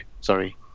Sorry